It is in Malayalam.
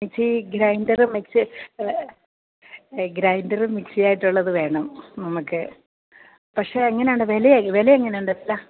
മിക്സീ ഗ്രൈൻഡറും മിക്സിയെ ഗ്രൈന്ഡറും മിക്സിയായിട്ടുള്ളതു വേണം നമുക്ക് പക്ഷെ എങ്ങനെയുണ്ട് വില വിലയെങ്ങനെയുണ്ട്